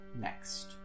next